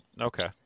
okay